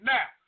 Now